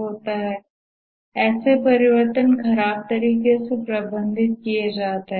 होता है ऐसे परिवर्तन खराब तरीके से प्रबंधित किए जाते हैं